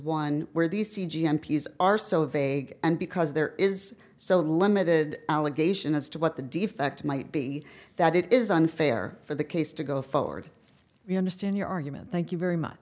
one where the c g m peas are so vague and because there is so limited allegation as to what the defect might be that it is unfair for the case to go forward you understand your argument thank you very much